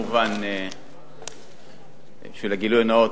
למען הגילוי הנאות,